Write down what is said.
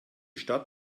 stadt